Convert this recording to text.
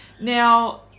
Now